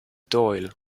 doyle